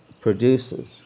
produces